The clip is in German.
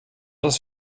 das